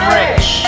rich